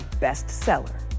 bestseller